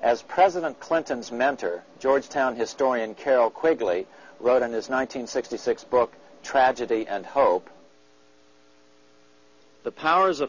as president clinton's mentor georgetown historian carol quigley wrote in his one nine hundred sixty six book tragedy and hope the powers